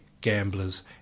gamblers